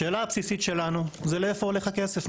השאלה הבסיסית שלנו היא לאיפה הולך הכסף.